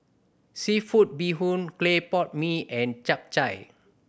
seafood bee hoon clay pot mee and Chap Chai